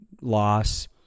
loss